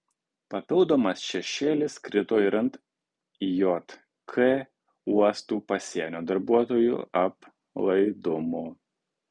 papildomas šešėlis krito ir ant jk uostų pasienio darbuotojų aplaidumo